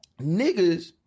Niggas